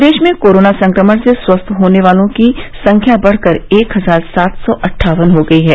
प्रदेश में कोरोना संक्रमण से स्वस्थ होने वालों की संख्या बढ़कर एक हजार सात सौ अट्ठावन हो गई है